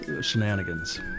shenanigans